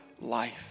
life